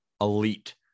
elite